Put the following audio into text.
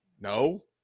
No